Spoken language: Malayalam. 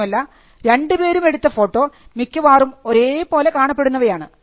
മാത്രമല്ല രണ്ടുപേരും എടുത്ത ഫോട്ടോ മിക്കവാറും ഒരേപോലെ കാണപ്പെടുന്നവയാണ്